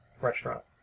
restaurant